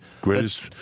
Greatest